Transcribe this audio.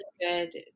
good